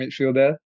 midfielder